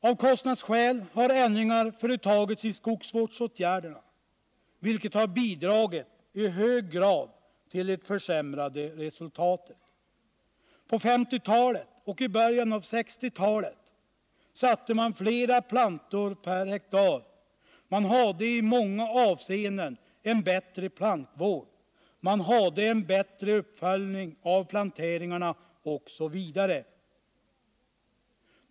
Av kostnadsskäl har ändringar företagits i skogsvårdsåtgärderna, vilket har bidragit i hög grad till det försämrade resultatet. På 1950-talet och i början av 1960-talet satte man flera plantor per hektar. Man hade i många avseenden en bättre plantvård. Man hade en bättre uppföljning av planteringarna osv.